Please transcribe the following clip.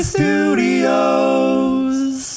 Studios